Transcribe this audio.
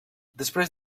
després